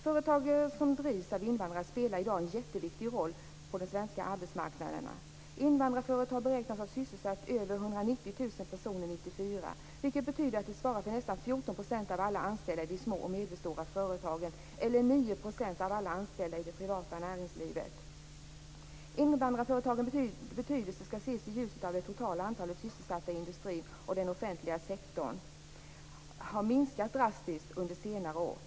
Företag som drivs av invandrare spelar i dag en jätteviktig roll på den svenska arbetsmarknaden. Invandrarföretag beräknas ha sysselsatt över 190 000 personer år 1994, vilket betyder att de svarar för nästan 14 % av alla anställda i de små och medelstora företagen, eller 9 % av alla anställda i det privata näringslivet. Invandrarföretagens betydelse skall ses i ljuset av att det totala antalet sysselsatta i industrin och den offentliga sektorn har minskat drastiskt under senare år.